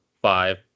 five